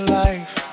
life